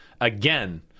again